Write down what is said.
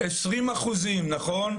20% מהפונים, נכון?